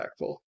impactful